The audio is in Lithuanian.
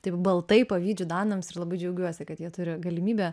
taip baltai pavydžiu danams ir labai džiaugiuosi kad jie turi galimybę